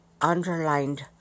underlined